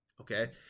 Okay